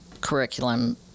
curriculum